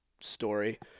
story